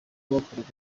bakoraga